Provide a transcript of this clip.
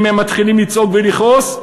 אם הם מתחילים לצעוק ולכעוס,